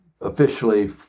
officially